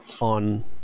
on